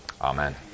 amen